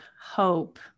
hope